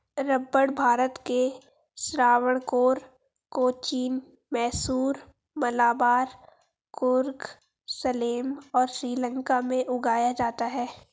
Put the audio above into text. रबड़ भारत के त्रावणकोर, कोचीन, मैसूर, मलाबार, कुर्ग, सलेम और श्रीलंका में उगाया जाता है